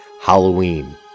Halloween